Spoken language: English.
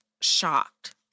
shocked